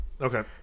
Okay